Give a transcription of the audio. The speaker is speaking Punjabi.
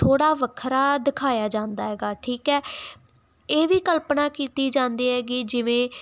ਥੋੜਾ ਵੱਖਰਾ ਦਿਖਾਇਆ ਜਾਂਦਾ ਹੈਗਾ ਠੀਕ ਹੈ ਇਹ ਵੀ ਕਲਪਨਾ ਕੀਤੀ ਜਾਂਦੀ ਹੈਗੀ ਜਿਵੇਂ